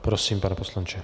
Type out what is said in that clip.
Prosím, pane poslanče.